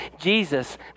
Jesus